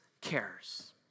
cares